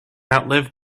outlive